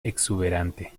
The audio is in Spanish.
exuberante